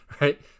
right